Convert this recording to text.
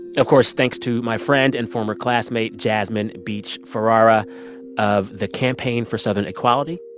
of course, thanks to my friend and former classmate jasmine beach-ferrara of the campaign for southern equality.